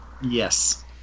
yes